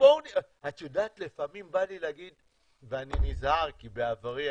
את יודעת, לפעמים בא לי להגיד ואני נזהר כי בעברי